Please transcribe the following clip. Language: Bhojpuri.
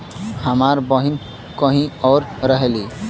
हमार बहिन कहीं और रहेली